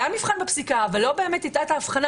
היה מבחן בפסיקה אבל לא באמת הייתה הבחנה